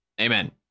Amen